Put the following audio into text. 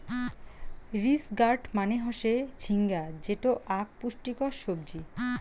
ridge gourd মানে হসে ঝিঙ্গা যেটো আক পুষ্টিকর সবজি